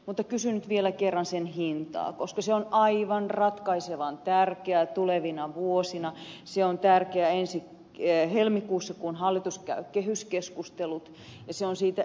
mutta kysyn nyt vielä kerran sen hintaa koska se on aivan ratkaisevan tärkeä tulevina vuosina se on tärkeä ensi helmikuussa kun hallitus käy kehyskeskustelut ja se on siitä eteenpäinkin merkittävä